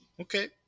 Okay